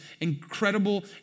incredible